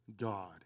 God